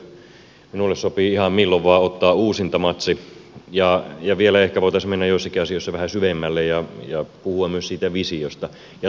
minulle sopii ihan milloin vain ottaa uusintamatsi ja ehkä voitaisiin mennä joissakin asioissa vielä vähän syvemmälle ja puhua myös siitä visiosta ja tahtotilasta